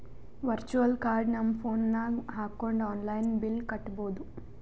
virtual card ನಮ್ phone ನಾಗ್ ಹಾಕೊಂಡ್ ಆನ್ಲೈನ್ ಬಿಲ್ ಕಟ್ಟಬೋದು